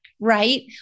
right